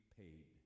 paid